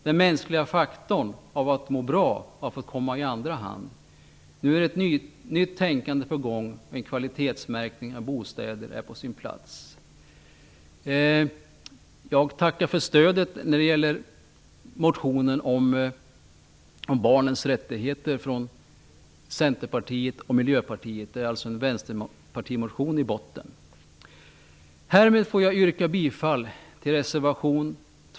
Den mänskliga faktorn, att må bra, har fått komma i andra hand. Nu är ett nytt tänkande på gång, men kvalitetsmärkning av bostäder är på sin plats. Jag tackar Centerpartiet och Miljöpartiet för stödet när det gäller motionen om barnens rättigheter. Det är alltså en vänsterpartimotion i botten.